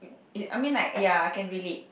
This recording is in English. it I mean like ya I can relate